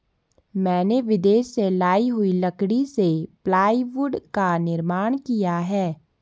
मैंने विदेश से लाई हुई लकड़ी से प्लाईवुड का निर्माण किया है